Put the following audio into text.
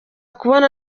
kubona